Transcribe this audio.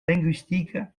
linguistique